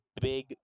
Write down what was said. big